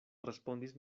respondis